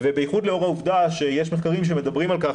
ובייחוד לאור העובדה שיש מחקרים שמדברים על כך